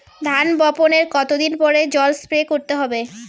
ধান বপনের কতদিন পরে জল স্প্রে করতে হবে?